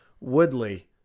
Woodley